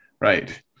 Right